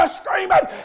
screaming